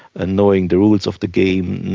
and knowing the rules of the game,